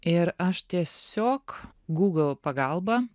ir aš tiesiog google pagalba